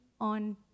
on